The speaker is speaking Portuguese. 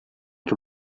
que